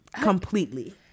completely